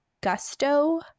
gusto